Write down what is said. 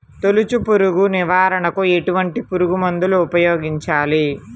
తొలుచు పురుగు నివారణకు ఎటువంటి పురుగుమందులు ఉపయోగించాలి?